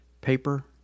paper